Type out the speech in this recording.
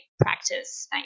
practice